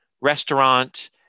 restaurant